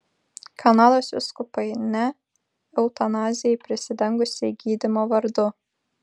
kanados vyskupai ne eutanazijai prisidengusiai gydymo vardu